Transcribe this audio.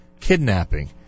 kidnapping